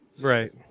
right